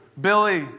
billy